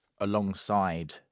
alongside